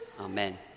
Amen